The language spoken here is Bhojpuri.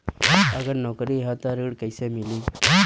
अगर नौकरी ह त ऋण कैसे मिली?